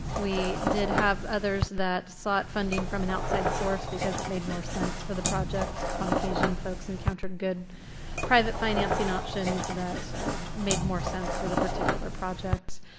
we did have others that sought funding from an outside source because it made more sense for the project. on occasion, folks encountered good private financing options that made more sense for the particular project.